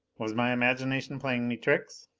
was my imagination playing me tricks.